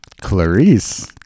Clarice